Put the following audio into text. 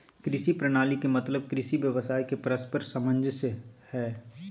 कृषि प्रणाली के मतलब कृषि व्यवसाय के परस्पर सामंजस्य से हइ